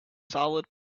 solid